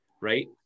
right